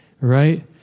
Right